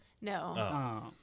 No